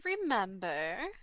remember